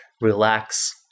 relax